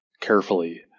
carefully